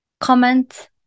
comment